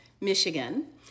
Michigan